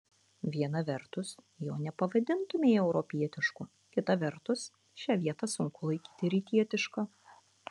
viena vertus jo nepavadintumei europietišku kita vertus šią vietą sunku laikyti rytietiška